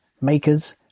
makers